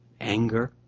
anger